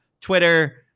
Twitter